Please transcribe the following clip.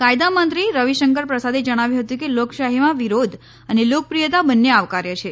કાયદા મંત્રી રવિશંકર પ્રસાદે જણાવ્યું હતું કે લોકશાહીમાં વિરોધ અને લોકપ્રિયતા બંને આવકાર્ય છે